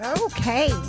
Okay